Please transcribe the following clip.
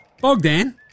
Bogdan